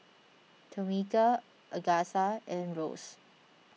Tomeka Agatha and Rose